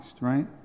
right